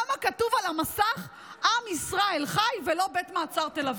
למה כתוב על המסך "עם ישראל חי" ולא "בית מעצר תל אביב"?